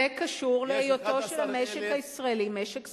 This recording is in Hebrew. זה קשור להיותו של המשק הישראלי משק סגור,